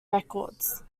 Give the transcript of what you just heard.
records